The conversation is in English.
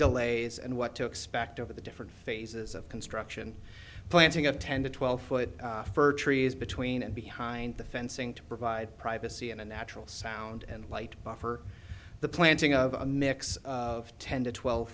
delays and what to expect over the different phases of construction planting a ten to twelve foot for trees between and behind the fencing to provide privacy and a natural sound and light bar for the planting of a mix of ten to twelve